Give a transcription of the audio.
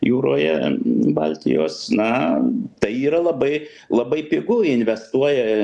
jūroje baltijos na tai yra labai labai pigu investuoja